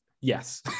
Yes